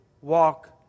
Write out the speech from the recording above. walk